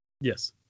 Yes